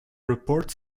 report